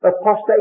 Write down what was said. apostate